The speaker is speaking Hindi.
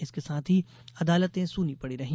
इसके साथ ही अदालतें सूनी पड़ी रहीं